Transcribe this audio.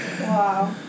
Wow